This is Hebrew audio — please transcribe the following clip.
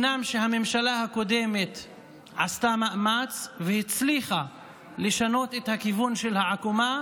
אומנם הממשלה הקודמת עשתה מאמץ והצליחה לשנות את הכיוון של העקומה